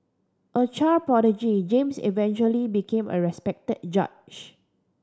a child prodigy James eventually became a respected judge